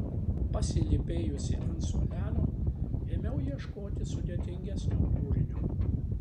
pasilypėjusi ant suolelio ėmiau ieškoti sudėtingesnio kūrinio